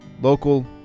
local